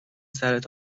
سرت